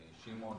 משמעון,